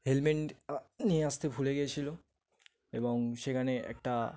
helmet আ নিয়ে আসতে ভুলে গিয়েছিল এবং সেখানে একটা